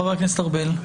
חבר הכנסת ארבל.